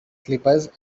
slippers